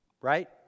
Right